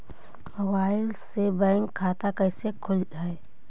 Mobile से bank खाता कैसे खुल है?